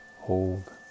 Hold